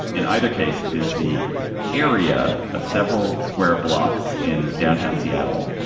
in either case, it is the area of several square blocks in downtown seattle